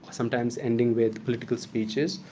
sometimes ending with political speeches,